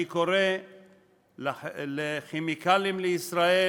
אני קורא ל"כימיקלים לישראל"